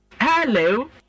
Hello